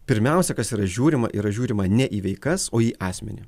pirmiausia kas yra žiūrima yra žiūrima ne į veikas o į asmenį